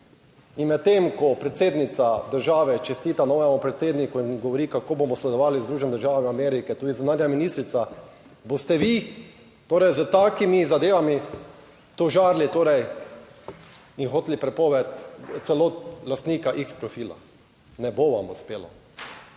In medtem ko predsednica države čestita novemu predsedniku in govori, kako bomo sodelovali z Združenimi državami Amerike, tudi zunanja ministrica, boste vi torej s takimi zadevami tožarili torej in hoteli prepoved celo lastnika x Profila? Ne bo vam uspelo.